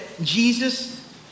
Jesus